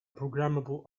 programmable